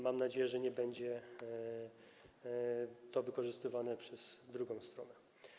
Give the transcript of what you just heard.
Mam nadzieję, że tutaj nie będzie to wykorzystywane przez drugą stronę.